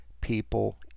People